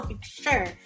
sure